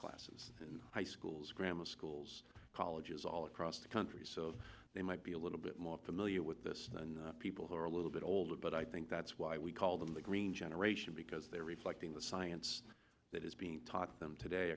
classes in high schools grammar schools colleges all across the country so they might be a little bit more familiar with this than people who are a little bit older but i think that's why we call them the green generation because they're reflecting the science that is being taught them today